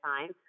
time